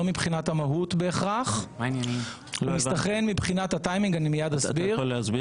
לא מבחינת המהות בהכרח --- אתה יכול להסביר?